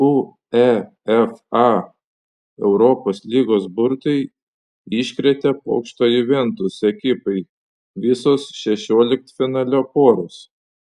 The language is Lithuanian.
uefa europos lygos burtai iškrėtė pokštą juventus ekipai visos šešioliktfinalio poros